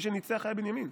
מי שניצח היה בנימין.